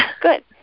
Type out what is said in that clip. good